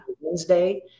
Wednesday